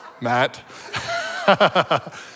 Matt